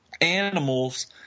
animals